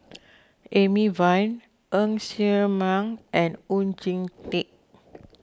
Amy Van Ng Ser Miang and Oon Jin Teik